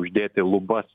uždėti lubas